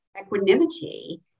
equanimity